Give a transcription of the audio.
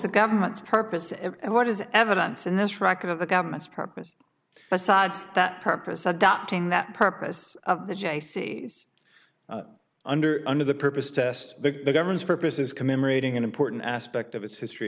the government's purpose and what is evidence in this record of the government's purpose besides that purpose adopting that purpose of the j c under under the purpose test the government's purpose is commemorating an important aspect of its history